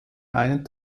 einen